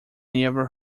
ever